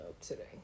today